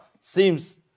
seems